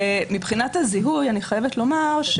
מבחינת הזיהוי אני חייבת לומר,